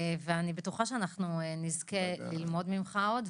אני בטוחה שאנחנו נזכה ללמוד ממך עוד,